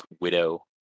Widow